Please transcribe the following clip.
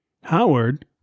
Howard